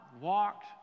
walked